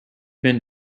been